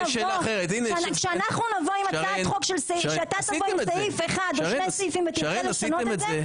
כשאתה תבוא עם הצעת חוק עם סעיף אחד ותרצה לשנות,